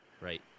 right